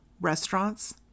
restaurants